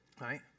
right